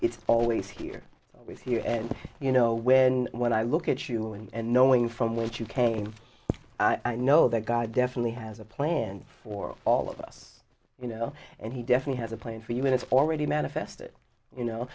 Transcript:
it's always here with you and you know when when i look at you and knowing from which you came in i know that god definitely has a plan for all of us you know and he definitely has a plan for you and it's already manifested you know